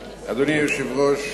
היושב-ראש,